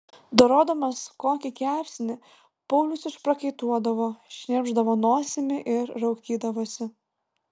dorodamas kokį kepsnį paulius išprakaituodavo šnirpšdavo nosimi ir raukydavosi